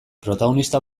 protagonista